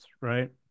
right